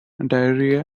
diarrhoea